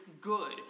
good